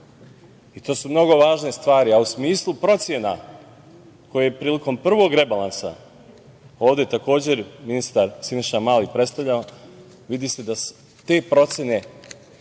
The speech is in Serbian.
To su mnogo važne stvari, a u smislu procena koje je prilikom prvog rebalansa ovde takođe ministar Siniša Mali predstavljao. Vidi se da su te procene